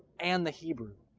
and the hebrew.